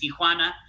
Tijuana